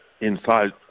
inside